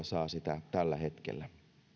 saa sitä tällä hetkellä